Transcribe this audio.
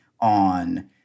on